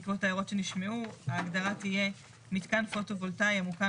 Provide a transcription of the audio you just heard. בעקבות ההערות שהושמעו ההגדרה תהיה מתקן פוטו וולטאי המוקם